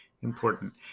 important